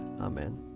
Amen